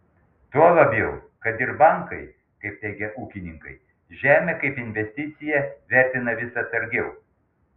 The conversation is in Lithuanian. tuo labiau kad ir bankai kaip teigia ūkininkai žemę kaip investiciją vertina vis atsargiau